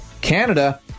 Canada